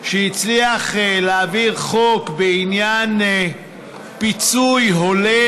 שהצליח להעביר חוק בעניין פיצוי הולם